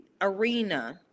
arena